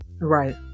right